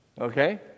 Okay